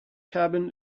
cabin